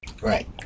Right